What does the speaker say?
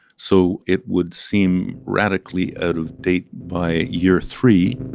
so it would seem radically out of date by year three